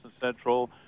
Central